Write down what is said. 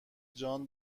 جان